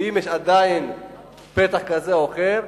ואם יש עדיין פתח כזה או אחר,